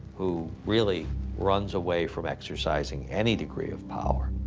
who really runs away from exercising any degree of power.